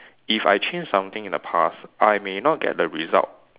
if I change something in the past I may not get the result